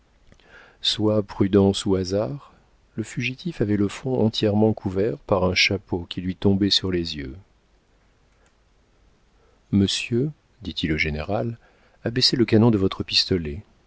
soit prudence ou hasard le fugitif avait le front entièrement couvert par un chapeau qui lui tombait sur les yeux monsieur dit-il au général abaissez le canon de votre pistolet